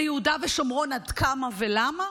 ליהודה ושומרון עד כמה ולמה,